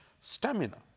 stamina